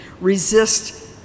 resist